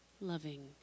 loving